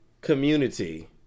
community